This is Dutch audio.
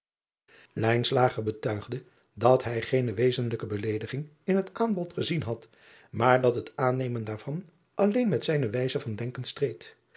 betuigde dat bij geene wezenlijke beleediging in het aanbod gezien had maar dat het aannemen daarvan alleen met zijne wijze van denken streed